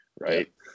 right